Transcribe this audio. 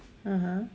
(uh huh)